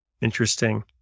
Interesting